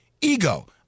ego